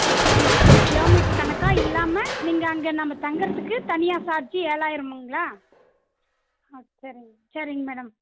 இப்போ வந்து கிலோமீட்டரு கணக்காக இல்லாமல் நீங்கள் அங்கே நம்ப தங்கறதுக்கு தனியாக சார்ஜி ஏழாயிரமுங்களா ஆ சரிங் சரிங் மேடம்